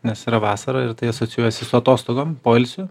nes yra vasara ir tai asocijuojasi su atostogom poilsiu